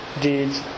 deeds